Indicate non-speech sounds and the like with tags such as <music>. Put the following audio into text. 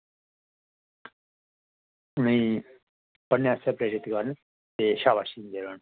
नेईं पढ़ने आस्तै <unintelligible> ते शाबाशी देओ उनेंगी